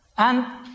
and